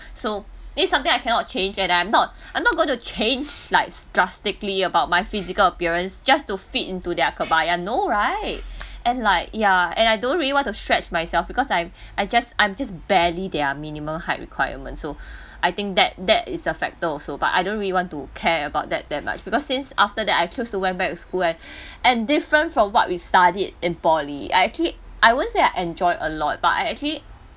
so this something I cannot change and I'm not I'm not gonna to change like drastically about my physical appearance just to fit into their kebaya no right and like ya and I don't really want to stretch myself because I'm I just I'm just barely their minimum height requirement so I think that that is a factor also but I don't really want to care about that that much because since after that I choose to went back to school and and different from what we studied in poly I actually I won't say I enjoy a lot but I actually